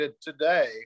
today